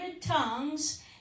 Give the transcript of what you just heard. tongues